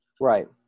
Right